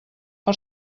per